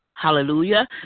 Hallelujah